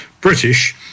British